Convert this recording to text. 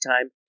time